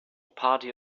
party